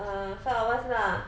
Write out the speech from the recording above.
uh five of us lah